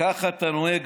ככה אתה נוהג.